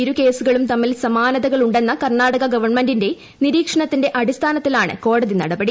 ഇരു കേസുകളും തമ്മിൽ സമാനതകളുണ്ടെന്ന കർണാടക ഗവൺമെന്റിന്റെ നിരീക്ഷണത്തിന്റെ അടിസ്ഥാനത്തിലാണ് കോടതി നടപടി